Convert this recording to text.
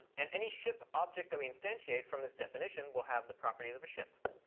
and any ship object that we instantiate from this definition will have the properties of a ship.